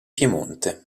piemonte